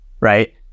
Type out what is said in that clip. right